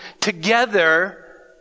together